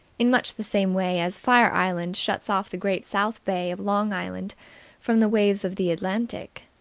in much the same way as fire island shuts off the great south bay of long island from the waves of the atlantic.